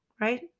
right